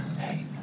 hey